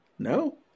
No